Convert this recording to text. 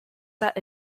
set